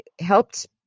helped